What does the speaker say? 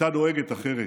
הייתה נוהגת אחרת.